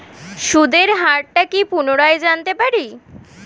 সুদের হার টা কি পুনরায় জানতে পারি?